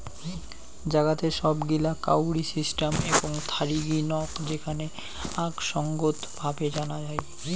জাগাতের সব গিলা কাউরি সিস্টেম এবং থারিগী নক যেখানে আক সঙ্গত ভাবে জানা যাই